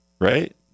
right